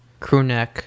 crewneck